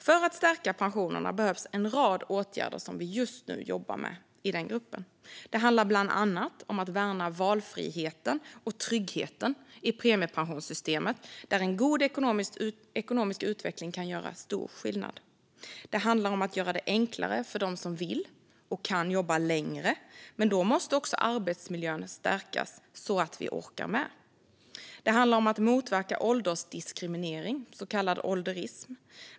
För att stärka pensionerna behövs en rad åtgärder som vi just nu jobbar med i Pensionsgruppen. Det handlar bland annat om att värna valfriheten och tryggheten i premiepensionssystemet, där en god ekonomisk utveckling kan göra stor skillnad. Det handlar om att göra det enklare för dem som vill och kan att jobba längre. Men då måste också arbetsmiljön stärkas så att vi orkar med. Det handlar om att motverka åldersdiskriminering, så kallad ålderism.